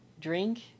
Drink